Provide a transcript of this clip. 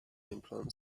employed